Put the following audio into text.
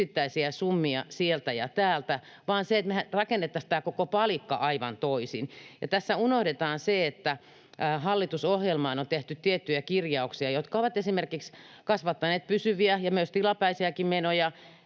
yksittäisiä summia sieltä ja täältä, vaan me rakennettaisiin tämä koko palikka aivan toisin. Tässä unohdetaan se, että hallitusohjelmaan on tehty tiettyjä kirjauksia, jotka ovat esimerkiksi kasvattaneet pysyviä ja myös tilapäisiäkin menoja,